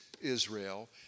Israel